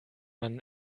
man